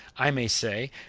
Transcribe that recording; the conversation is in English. i may say.